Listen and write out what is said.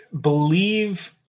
believe